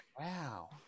wow